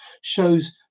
shows